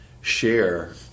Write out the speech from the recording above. share